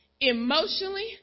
emotionally